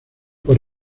por